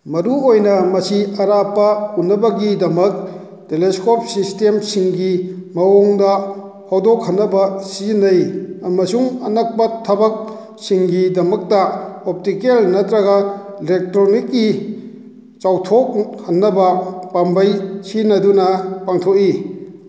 ꯃꯔꯨ ꯑꯣꯏꯅ ꯃꯁꯤ ꯑꯔꯥꯞꯄ ꯎꯅꯕꯒꯤꯗꯃꯛ ꯇꯦꯂꯦꯁꯀꯣꯞ ꯁꯤꯁꯇꯦꯝꯁꯤꯡꯒꯤ ꯃꯑꯣꯡꯗ ꯍꯧꯗꯣꯛꯍꯟꯅꯕ ꯁꯤꯖꯤꯟꯅꯩ ꯑꯃꯁꯨꯡ ꯑꯅꯛꯄ ꯊꯕꯛꯁꯤꯡꯒꯤꯗꯃꯛꯇ ꯑꯣꯞꯇꯤꯀꯦꯜ ꯅꯠꯇ꯭ꯔꯒ ꯏꯂꯦꯛꯇ꯭ꯔꯣꯅꯤꯛꯀꯤ ꯆꯥꯎꯊꯣꯛꯍꯟꯅꯕ ꯄꯥꯝꯕꯩ ꯁꯤꯖꯤꯟꯅꯗꯨꯅ ꯄꯥꯡꯊꯣꯛꯏ